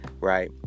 right